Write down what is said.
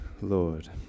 Lord